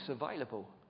available